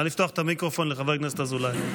נא לפתוח את המיקרופון לחבר הכנסת אזולאי.